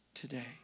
today